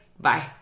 Bye